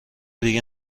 دیگه